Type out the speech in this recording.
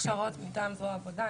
הכשרות מטעם זרוע העבודה,